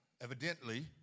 evidently